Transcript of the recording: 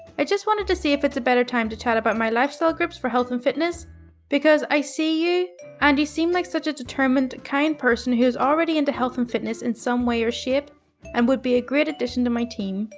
i just wanted to see if it's a better time to chat about my lifestyle groups for health and fitness because i see you and you seem like such a determined, kind person who is already into health and fitness in some way or shape and would be a great addition to my team.